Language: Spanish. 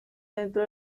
dentro